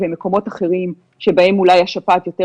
ומקומות אחרים שבהם אולי השפעת יותר